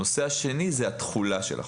הנושא השני הוא התחולה של החוק.